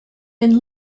been